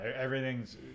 everything's